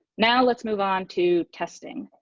now let's move on to testing.